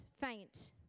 faint